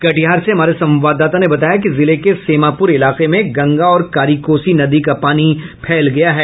कटिहार से हमारे संवाददाता ने बताया कि जिले के सेमापुर इलाके में गंगा और कारीकोसी नदी का पानी फैल गया है